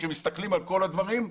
כשמסתכלים על כל הדברים,